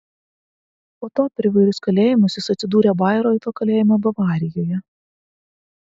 po to per įvairius kalėjimus jis atsidūrė bairoito kalėjime bavarijoje